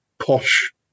posh